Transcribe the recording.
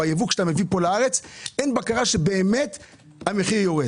כשאתה מייבא לארץ, אין בקרה שהמחיר באמת יורד.